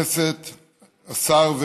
השר,